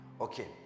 okay